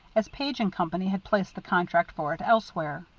as page and company had placed the contract for it elsewhere.